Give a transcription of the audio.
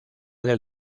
del